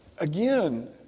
again